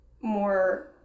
more